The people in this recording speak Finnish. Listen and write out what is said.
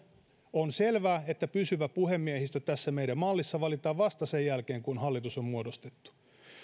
on selvää että pysyvä puhemiehistö tässä meidän mallissamme valitaan vasta sen jälkeen kun hallitus on muodostettu